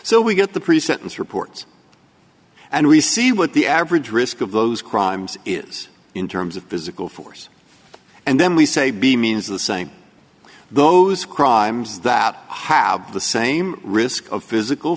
so we get the pre sentence reports and we see what the average risk of those crimes is in terms of physical force and then we say be means the same those crimes that have the same risk of physical